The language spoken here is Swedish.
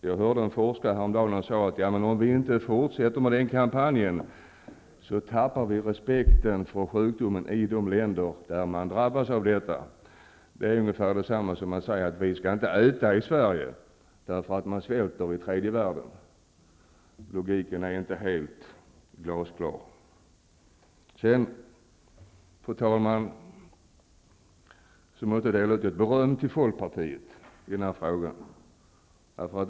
Jag hörde häromdagen en forskare säga att om vi inte fortsätter med den kampanjen tappar man respekten för sjukdomen i de länder där man drabbas av detta. Det är ungefär som att säga att vi i Sverige inte skall äta, därför att människor svälter i tredje världen. Logiken är inte glasklar. Sedan, fru talman, vill jag dela ut litet beröm till Folkpartiet i den här frågan.